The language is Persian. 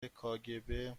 کاگب